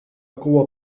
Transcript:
قوة